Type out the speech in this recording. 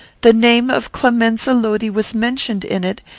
the name of clemenza lodi was mentioned in it,